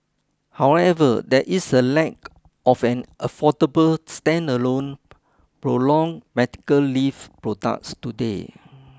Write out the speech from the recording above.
however there is a lack of an affordable standalone prolonged medical leave products today